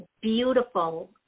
beautiful